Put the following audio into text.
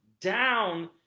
down